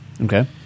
Okay